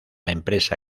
empresa